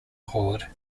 hoard